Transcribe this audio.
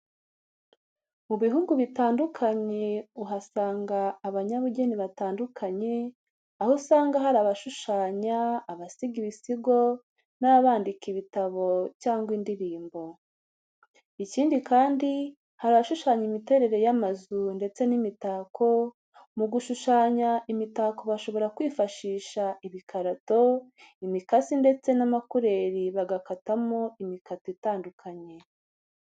Mu bihugu bitandukanye uhasanga abanyabugeni batandukanye, aho usanga hari abashushanya, abasiga ibisigo n'ababandika ibitabo cyangwa indirimbo. Ikindi kandi hari abashushanya imiterere y'amazu ndetse n'imitako, mu gushushanya imitako bashobora kwifashisha ibikarato, imikasi ndetse n'amakureri bagakatamo imitako itandukanye.